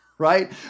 Right